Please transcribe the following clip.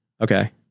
Okay